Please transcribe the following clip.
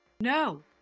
No